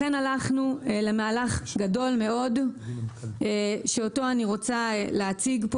לכן הלכנו למהלך גדול מאוד אותו אני רוצה להציג.